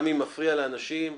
גם אם מפריע לאנשים,